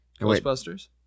Ghostbusters